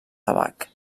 tabac